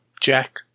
Jack